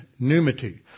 Numity